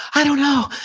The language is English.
i don't know.